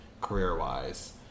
career-wise